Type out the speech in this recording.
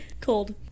Cold